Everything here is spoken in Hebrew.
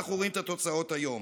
ואנחנו רואים את התוצאות היום.